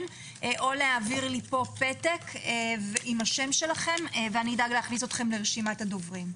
או להעביר אלי פתק ואני אדאג להכניס אותו לרשימת הדוברים.